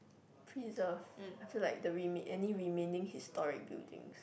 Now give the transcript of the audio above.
preserve I feel like the remain any remaining historic buildings